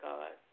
God